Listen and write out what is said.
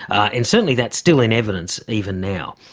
and certainly that's still in evidence even now.